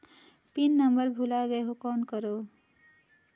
Pin number भुला गयें हो कौन करव?